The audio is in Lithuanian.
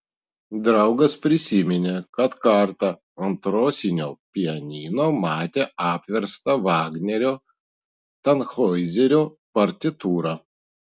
draugas prisiminė kad kartą ant rosinio pianino matė apverstą vagnerio tanhoizerio partitūrą